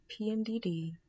PMDD